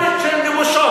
אלה נפולת של נמושות.